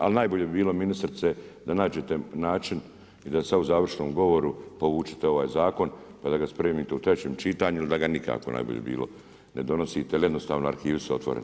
Ali najbolje bi bilo ministrice da nađete način i da sada u završnom govoru povučete ovaj zakon pa da ga spremite u trećem čitanju ili da ga nikako najbolje bi bilo ne donosite jer jednostavno arhivi su otvoreni.